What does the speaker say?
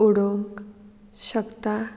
उडोवंक शकता